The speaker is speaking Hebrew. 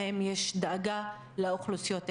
האם יש דאגה לאוכלוסיות האלה?